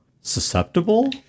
susceptible